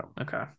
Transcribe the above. Okay